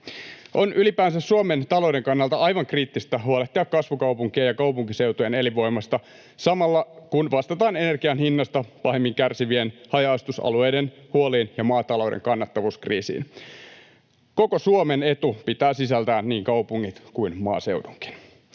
On ylipäänsä Suomen talouden kannalta aivan kriittistä huolehtia kasvukaupunkien ja kaupunkiseutujen elinvoimasta samalla, kun vastataan energian hinnasta pahemmin kärsivien haja-asutusalueiden huoliin ja maatalouden kannattavuuskriisiin. Koko Suomen edun pitää sisältää niin kaupungit kuin maaseutukin.